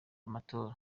amatora